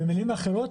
במילים אחרות,